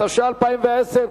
התש"ע 2010,